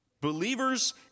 Believers